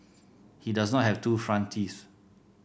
he does not have two front teeth